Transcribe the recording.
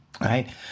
right